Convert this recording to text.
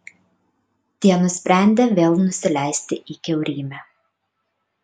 tie nusprendė vėl nusileisti į kiaurymę